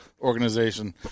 organization